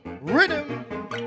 Rhythm